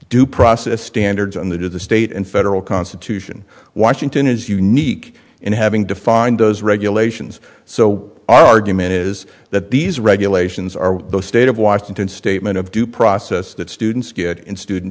due process standards on the to the state and federal constitution washington is unique in having defined those regulations so our argument is that these regulations are the state of washington statement of due process that students get in student